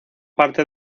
parte